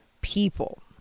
people